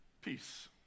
peace